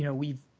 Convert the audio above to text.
you know we've